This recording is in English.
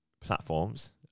platforms